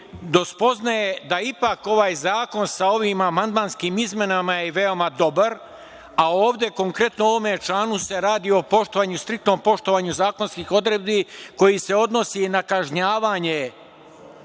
do spoznaje da ipak ovaj zakon sa ovim amandmanskim izmenama je veoma dobar, a ovde konkretno u ovome članu se radi o striktnom poštovanju zakonskih odredbi koji se odnosi na kažnjavanje